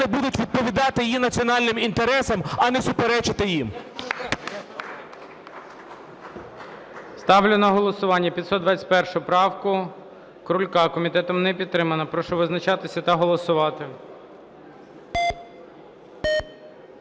будуть відповідати її національним інтересам, а не суперечити їм.